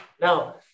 Now